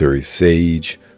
sage